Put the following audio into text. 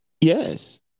Yes